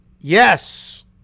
Yes